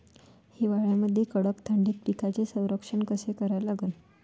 हिवाळ्यामंदी कडक थंडीत पिकाचे संरक्षण कसे करा लागन?